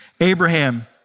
Abraham